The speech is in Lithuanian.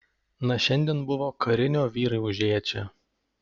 na šiandien buvo karinio vyrai užėję čia